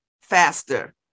faster